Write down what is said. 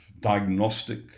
diagnostic